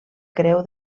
creu